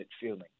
feeling